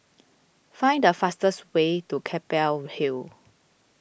find the fastest way to Keppel Hill